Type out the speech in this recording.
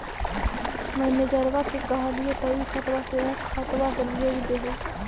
मैनेजरवा के कहलिऐ तौ ई खतवा से ऊ खातवा पर भेज देहै?